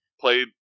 played